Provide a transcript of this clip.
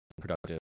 productive